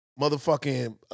motherfucking